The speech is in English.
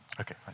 Okay